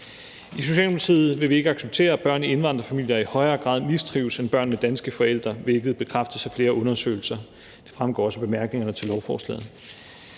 I Socialdemokratiet vil vi ikke acceptere, at børn i indvandrerfamilier i højere grad mistrives end børn med danske forældre, hvilket bekræftes af flere undersøgelser at de gør. Det fremgår også af bemærkningerne til lovforslaget.